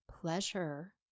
pleasure